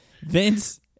Vince